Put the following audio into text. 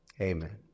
Amen